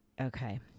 okay